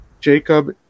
Jacob